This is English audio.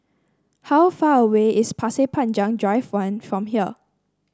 how far away is Pasir Panjang Drive One from here